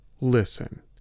Listen